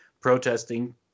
protesting